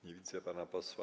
Nie widzę pana posła.